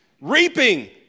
reaping